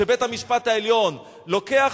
כשבית-המשפט העליון לוקח,